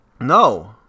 No